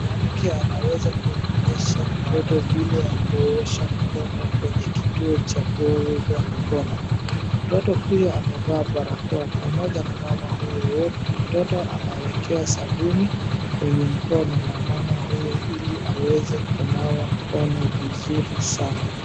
Mwanamke anaweza kumwonyesha mtoto vile ya kuosha mkono kwenye kituo cha kuoga mkono. Mtoto huyo amevaa barakoa pamoja na mama huyo. Mtoto anawekewa sabuni kwenye mkono na mama huyo ili aweze kunawa mkono vizuri sana.